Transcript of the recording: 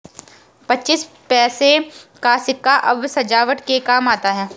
पच्चीस पैसे का सिक्का अब सजावट के काम आता है